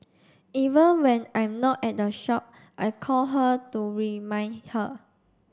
even when I'm not at the shop I call her to remind her